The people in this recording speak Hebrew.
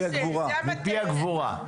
מפי הגבורה,